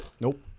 Nope